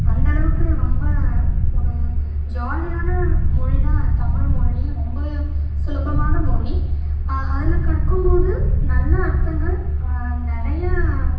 அந்த அளவுக்கு ரொம்ப ஒரு ஜாலியான மொழின்னா தமிழ்மொழி ரொம்பவே சுலபமான மொழி அதில் கற்கும் போது நல்ல அர்த்தங்கள் நிறைய